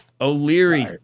O'Leary